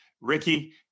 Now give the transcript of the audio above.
Ricky